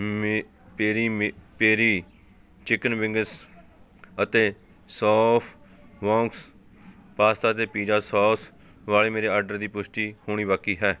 ਮੇ ਪੇਰੀ ਮੇ ਪੇਰੀ ਚਿਕਨ ਵਿੰਗਸ ਅਤੇ ਸੌਂਫ ਬੋਂਕਸ ਪਾਸਤਾ ਅਤੇ ਪੀਜਾ ਸੌਸ ਵਾਲੇ ਮੇਰੇ ਆਰਡਰ ਦੀ ਪੁਸ਼ਟੀ ਹੋਣੀ ਬਾਕੀ ਹੈ